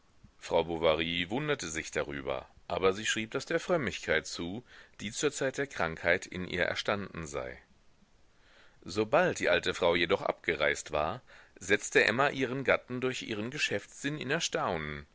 frau bovary wunderte sich darüber aber sie schrieb das der frömmigkeit zu die zur zeit der krankheit in ihr erstanden sei sobald die alte frau jedoch abgereist war setzte emma ihren gatten durch ihren geschäftssinn in erstaunen